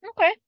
okay